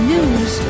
News